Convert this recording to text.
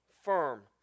firm